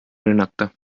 rünnata